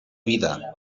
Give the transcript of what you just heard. vida